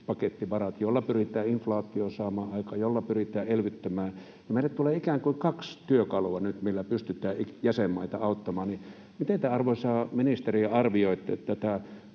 elvytyspakettivarat, joilla pyritään inflaatio saamaan aikaan, joilla pyritään elvyttämään, niin että meille tulee nyt ikään kuin kaksi työkalua, millä pystytään jäsenmaita auttamaan, niin miten, te, arvoisa ministeri, arvioitte tätä